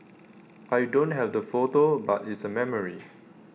I don't have the photo but it's A memory